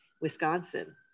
Wisconsin